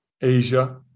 Asia